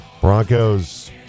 Broncos